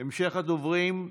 המשך הדוברים,